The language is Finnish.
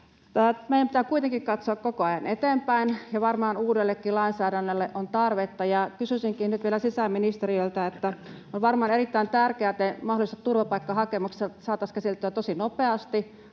Meidän pitää kuitenkin katsoa koko ajan eteenpäin, ja varmaan uudellekin lainsäädännölle on tarvetta. Kysyisinkin nyt vielä sisäministeriltä, kun on varmaan erittäin tärkeätä, että mahdolliset turvapaikkahakemukset saataisiin käsiteltyä tosi nopeasti